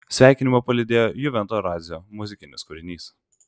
sveikinimą palydėjo juvento radzio muzikinis kūrinys